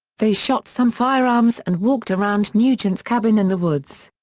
they shot some firearms and walked around nugent's cabin in the woods.